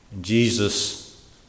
Jesus